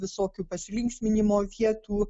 visokių pasilinksminimo vietų